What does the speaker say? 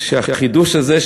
שהחידוש הזה,